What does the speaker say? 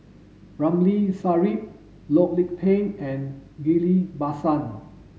Ramli Sarip Loh Lik Peng and Ghillie Basan